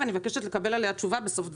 ואני מבקשת לקבל עליה תשובה בסוף דברי.